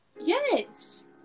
Yes